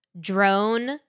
Drone